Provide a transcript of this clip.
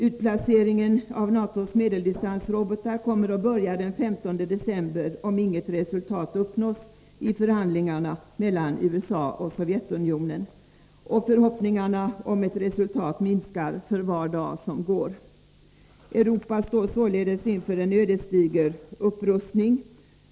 Utplaceringen av NATO:s medeldistansrobotar kommer att börja den 15 december, om inget resultat uppnås i förhandlingarna mellan USA och Sovjetunionen. Och förhoppningarna om ett resultat minskar för var dag som går. Europa står således inför en ödesdiger upprustning.